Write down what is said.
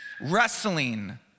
wrestling